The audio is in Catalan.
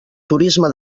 turisme